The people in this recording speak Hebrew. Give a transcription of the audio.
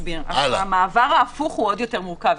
המעבר ההפוך עוד יותר מורכב.